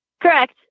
Correct